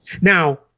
now